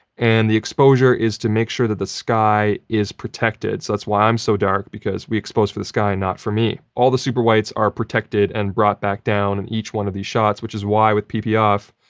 and the exposure is to make sure that the sky is protected. so, that's why i'm so dark because we expose for the sky and not for me. all the super whites are protected and brought back down in each one of these shots. which is why, in pp off,